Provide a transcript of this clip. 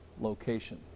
location